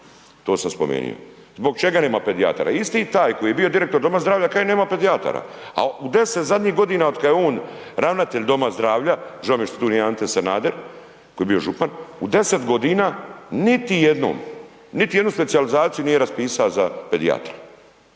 to sam spomenuo. Zbog čega nema pedijatara? Isti taj koji je bio direktor doma zdravlja, kaže nema pedijatara, a u 10 zadnjih godina otkad je on ravnatelj doma zdravlja, žao mi je što tu nije Ante Sanader koji je bio župan, u 10.g. niti jednom, niti jednu specijalizaciju nije raspisa za pedijatra,